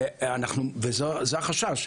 וזה החשש,